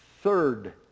Third